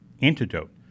antidote